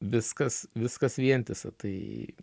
viskas viskas vientisa tai